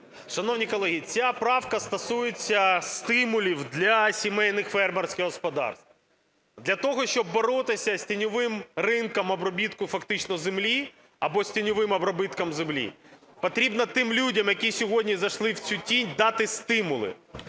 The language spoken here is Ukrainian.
Шановні колеги, ця правка стосується стимулів для сімейних фермерських господарств. Для того, щоб боротися з тіньовим ринком обробітку фактично землі або з тіньовим обробітком землі. Потрібно тим людям, які сьогодні зайшли в цю тінь, дати стимули.